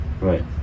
right